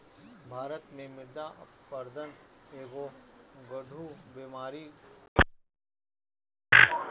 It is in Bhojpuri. भारत में मृदा अपरदन एगो गढ़ु बेमारी हो गईल बाटे